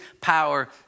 power